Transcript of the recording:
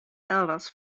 elders